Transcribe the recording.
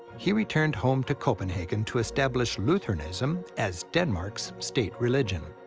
he returned home to copenhagen to establish lutheranism as denmark's state religion.